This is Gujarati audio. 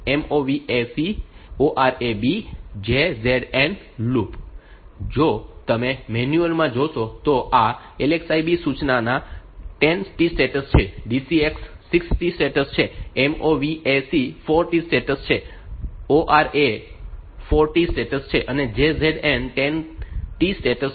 LOOP DCX B MOV AC ORA B JZN loop જો તમે મેન્યુઅલ માં જોશો તો આ LXI B સૂચના 10 T સ્ટેટ્સ છે DCX 6 T સ્ટેટ્સ છે MOV A C 4T states છે ORA 4 T સ્ટેટ્સ છે અને JZN 10 T સ્ટેટ્સ લે છે